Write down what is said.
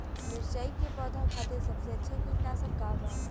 मिरचाई के पौधा खातिर सबसे अच्छा कीटनाशक का बा?